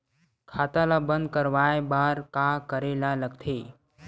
खाता ला बंद करवाय बार का करे ला लगथे?